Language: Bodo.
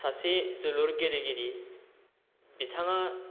सासे जोलुर गेलेगिरि बिथाङा